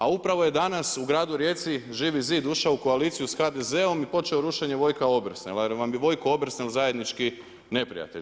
A upravo je danas u gradu Rijeci Živi zid ušao u koaliciju sa HDZ-om i počeo rušenje Vojka Obersnela jer vam je Vojko Obersnel zajednički neprijatelj.